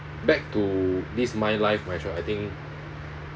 back to this my life my choice I think